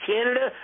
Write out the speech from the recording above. Canada